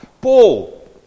Paul